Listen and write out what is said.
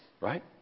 right